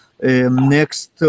Next